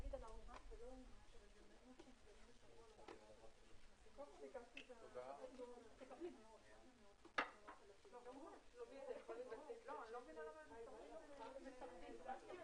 הישיבה ננעלה בשעה 14:20.